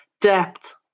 depth